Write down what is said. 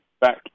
back